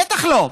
בטח שלא.